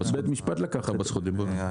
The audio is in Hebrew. בית משפט לקח -- אנחנו